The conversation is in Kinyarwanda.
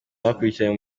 bakurikiranye